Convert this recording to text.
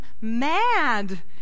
mad